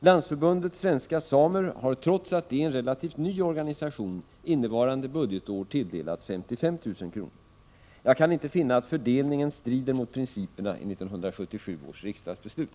Landsförbundet Svenska Samer har trots att det är en relativt ny organisation innevarande budgetår tilldelats 55 000 kr. Jag kan inte finna att fördelningen strider mot principerna i 1977 års riksdagsbeslut.